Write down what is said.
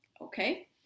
Okay